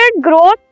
growth